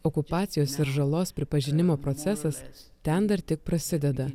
okupacijos ir žalos pripažinimo procesas ten dar tik prasideda